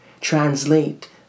translate